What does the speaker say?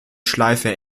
schleife